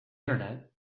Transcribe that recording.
internet